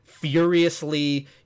furiously